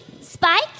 Spike